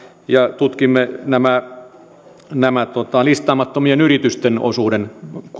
ja tutkimme tämän listaamattomien yritysten osuuden